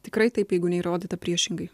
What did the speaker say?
tikrai taip jeigu neįrodyta priešingai